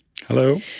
Hello